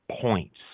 points